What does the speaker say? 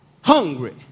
hungry